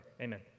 Amen